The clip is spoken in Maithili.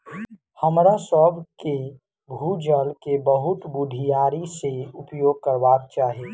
हमरासभ के भू जल के बहुत बुधियारी से उपयोग करबाक चाही